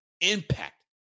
impact